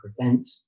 prevent